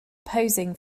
posing